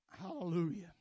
Hallelujah